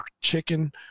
chicken